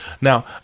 Now